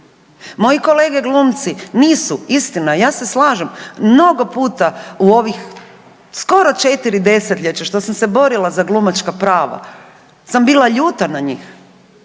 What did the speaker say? Moji kolege glumci nisu, istina ja se slažem, mnogo puta u ovih skoro četiri desetljeća što sam se borila za glumačka prava sam bila ljuta na njih,